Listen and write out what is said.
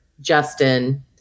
Justin